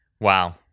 Wow